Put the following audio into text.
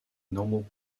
normal